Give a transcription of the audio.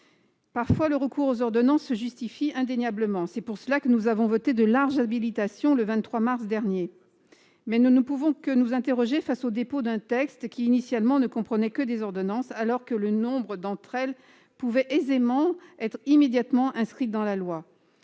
Parfois, le recours aux ordonnances se justifie indéniablement. C'est la raison pour laquelle nous avons voté de larges habilitations le 23 mars dernier. Mais nous ne pouvons que nous interroger face au dépôt d'un texte qui ne comprenait initialement que des ordonnances, alors que nombre d'entre elles pouvaient aisément être immédiatement inscrites dans la loi.